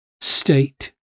state